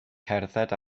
cerdded